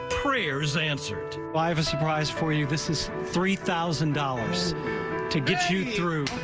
prayers answered. i have a surprise for you this is three thousand dollars to get you through.